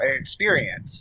experience